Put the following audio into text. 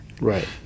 right